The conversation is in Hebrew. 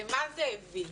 למה זה הביא?